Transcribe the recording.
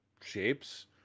shapes